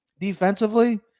defensively